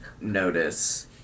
notice